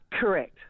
Correct